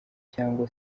cyangwa